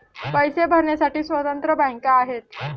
पैसे भरण्यासाठी स्वतंत्र बँका आहेत